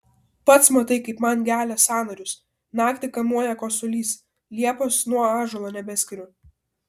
pats matai kaip man gelia sąnarius naktį kamuoja kosulys liepos nuo ąžuolo nebeskiriu